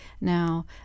now